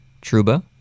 Truba